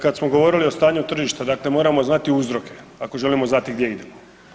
Kad smo govorili o stanju tržišta moramo znati uzroke ako želimo znati gdje idemo.